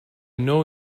know